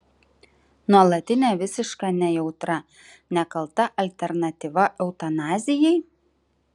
nuolatinė visiška nejautra nekalta alternatyva eutanazijai